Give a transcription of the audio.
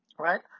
Right